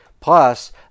plus